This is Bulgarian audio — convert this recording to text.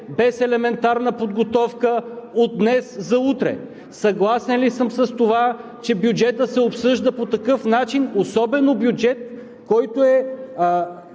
без елементарна подготовка от днес за утре? Съгласен ли съм с това, че бюджетът се обсъжда по такъв начин, особено бюджет, който